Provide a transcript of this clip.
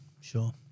Sure